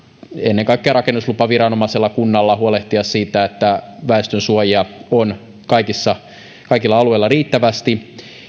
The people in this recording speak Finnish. ennen kaikkea rakennuslupaviranomaisella kunnalla huolehtia siitä että väestönsuojia on kaikilla alueilla riittävästi